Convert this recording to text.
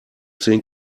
zehn